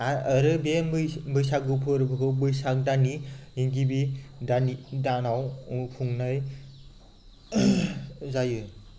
आरो बे बैसागु फोरबोखौ बैसाग दाननि गिबि दानाव खुंनाय जायो